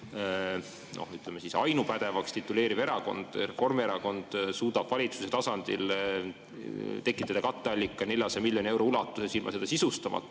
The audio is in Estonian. ainupädevaks tituleeriv erakond, Reformierakond, suudab valitsuse tasandil tekitada katteallika 400 miljoni euro ulatuses ilma seda sisustamata